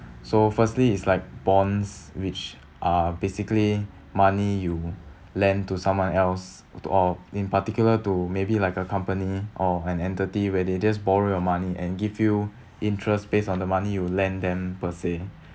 so firstly is like bonds which are basically money you lend to someone else to or in particular to maybe like a company or an entity where they just borrow your money and give you interest based on the money you lend them per se